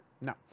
No